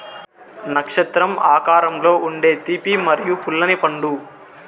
నక్షత్రం ఆకారంలో ఉండే తీపి మరియు పుల్లని పండు